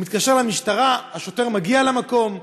הוא מתקשר למשטרה, שוטר מגיע למקום.